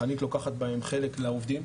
שחנית לוקחת בהם חלק,